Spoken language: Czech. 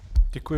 Děkuji.